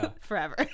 forever